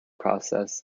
process